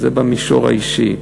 זה במישור האישי.